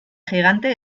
gigante